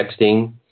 texting